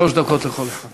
שלוש דקות לכל אחד.